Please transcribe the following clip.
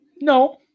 No